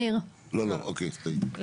לא, לא, אז טעיתי.